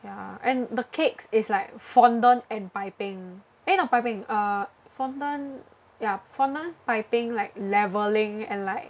ya and the cakes is like fondant and piping eh not piping uh fondant ya fondant piping like leveling and like